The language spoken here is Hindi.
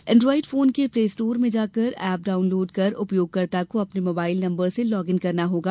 एंड्रॉइड फोन के प्लेस्टोर में जाकर एप डाउनलोड कर उपयोगकर्ता को अपने मोबाईल नम्बर से लॉगिन करना होगा